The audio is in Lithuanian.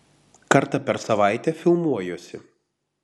kartą per savaitę filmuojuosi